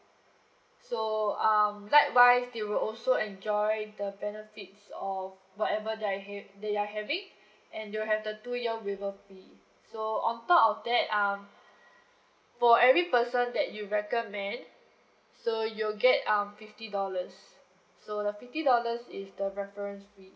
so um likewise they will also enjoy the benefits of whatever that hav~ that you are having and you have the two year waiver fee so on top of that um for every person that you recommend so you'll get um fifty dollars so the fifty dollars is the reference fee